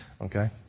Okay